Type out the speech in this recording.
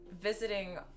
visiting